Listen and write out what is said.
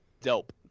dope